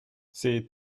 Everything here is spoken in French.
c’est